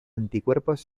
anticuerpos